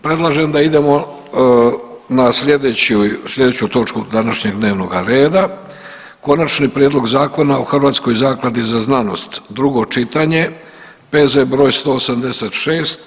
Predlažem da idemo na slijedeću točku današnjeg dnevnoga reda. - Konačni prijedlog Zakona o Hrvatskoj zakladi za znanost, drugo čitanje, P.Z. br. 186.